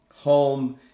home